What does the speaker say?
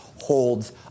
Holds